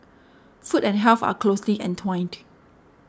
food and health are closely entwined